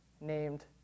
named